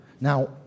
Now